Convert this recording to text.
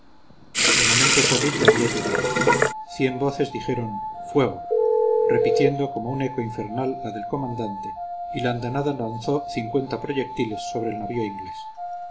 el momento terrible había llegado cien voces dijeron fuego repitiendo como un eco infernal la del comandante y la andanada lanzó cincuenta proyectiles sobre el navío inglés